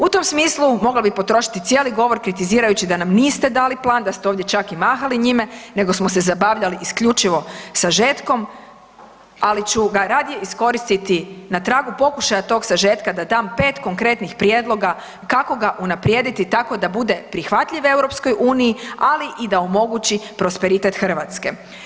U tom smislu mogla bi potrošiti cijeli govor kritizirajući da nam niste dali plan, da ste ovdje čak i mahali njime, nego smo se zabavljali isključivo sažetkom ali ću ga radije iskoristiti na tragu pokušaja tog sažetka da dam 5 konkretnih prijedloga kako ga unaprijediti tako da bude prihvatljiv EU ali i da omogući prosperitet Hrvatske.